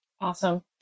Awesome